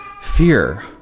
Fear